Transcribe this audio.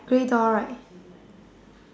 grey door right